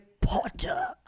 potter